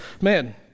man